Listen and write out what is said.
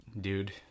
dude